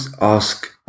ask